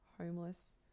Homeless